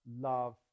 love